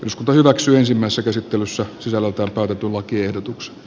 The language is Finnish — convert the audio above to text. isku hyväksy ensimmäiset esittelyssä sisällä kartoitettu lakiehdotuks